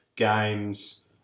games